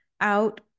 out